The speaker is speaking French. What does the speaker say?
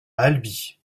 albi